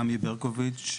עמי ברקוביץ,